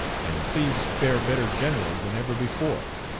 and plebes fare better generally than ever before.